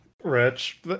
Rich